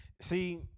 See